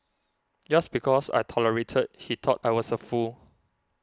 just because I tolerated he thought I was a fool